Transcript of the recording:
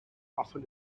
often